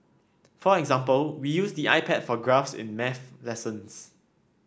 for example we use the iPad for graphs in maths lessons